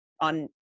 on